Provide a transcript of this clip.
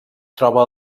troba